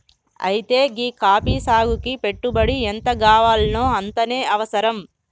అయితే గీ కాఫీ సాగుకి పెట్టుబడి ఎంతగావాల్నో అంతనే అవసరం